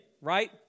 right